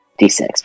d6